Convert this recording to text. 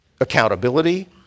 accountability